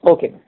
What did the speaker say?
Okay